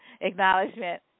acknowledgement